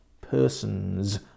person's